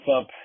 up